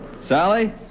Sally